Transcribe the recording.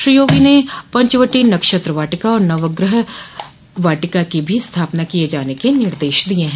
श्री योगी ने पंचवटी नक्षत्र वाटिका और नवगृह वाटिका की भी स्थापना किये जाने के निर्देश दिये हैं